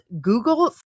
Google